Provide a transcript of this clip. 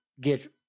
get